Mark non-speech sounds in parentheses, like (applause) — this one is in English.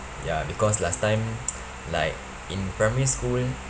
ya because last time (noise) like in primary school